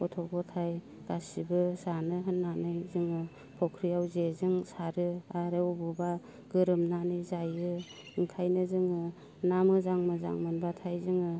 गथ' गथाय गासिबो जानो होननानै जोङो फुख्रियाव जेजों सारो आरो अबावबा गोरोमनानै जायो ओंखायनो जोङो ना मोजां मोजां मोनब्लाथाय जोङो